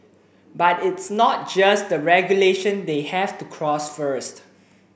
but it's not just the regulation they have to cross first